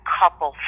couple